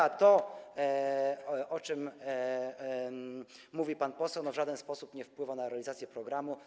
A to, o czym mówił pan poseł, w żaden sposób nie wpływa na realizację programu.